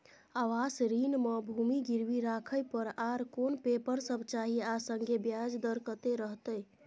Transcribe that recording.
आवास ऋण म भूमि गिरवी राखै पर आर कोन पेपर सब चाही आ संगे ब्याज दर कत्ते रहते?